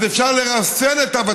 אז יהיה אפשר לרסן הוותמ"ל,